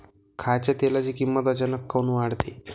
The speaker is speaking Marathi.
खाच्या तेलाची किमत अचानक काऊन वाढते?